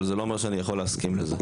אבל זה לא אומר שאני יכול להסכים לזה.